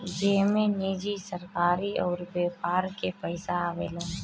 जेमे निजी, सरकारी अउर व्यापार के पइसा आवेला